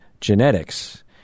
genetics